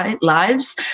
lives